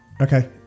Okay